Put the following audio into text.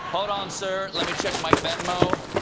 but on, sir. let me check my venmo.